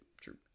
true